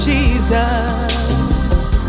Jesus